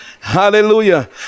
Hallelujah